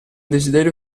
desiderio